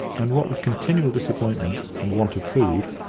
and, what with continual disappointment and want of food,